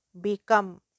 become